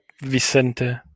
Vicente